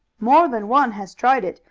more than one has tried it,